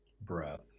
breath